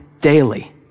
daily